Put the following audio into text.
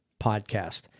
podcast